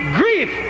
grief